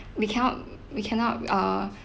we cannot we cannot uh